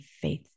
faith